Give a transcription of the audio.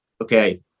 okay